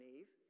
Eve